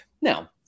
Now